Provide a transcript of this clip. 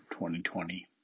2020